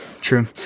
true